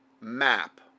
map